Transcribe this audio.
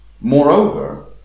Moreover